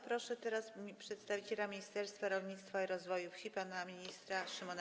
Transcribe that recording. Proszę teraz przedstawiciela Ministerstwa Rolnictwa i Rozwoju Wsi pana ministra Szymona